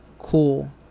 Cool